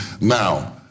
Now